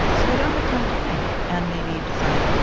so they don't have time to think and maybe decide,